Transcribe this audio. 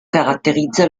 caratterizza